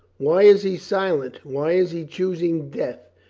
why is he silent? why is he choosing death?